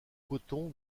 coton